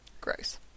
Gross